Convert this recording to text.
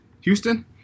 Houston